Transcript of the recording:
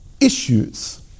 issues